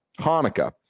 Hanukkah